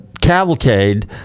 cavalcade